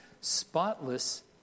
spotless